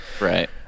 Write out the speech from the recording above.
Right